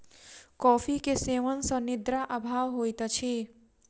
coffee के सेवन सॅ निद्रा अभाव होइत अछि